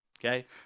Okay